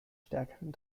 stärkeren